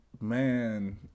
man